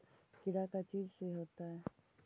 कीड़ा का चीज से होता है?